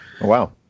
Wow